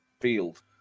Field